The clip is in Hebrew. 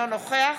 אינו נוכח